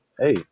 hey